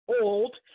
old